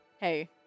Hey